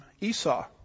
Esau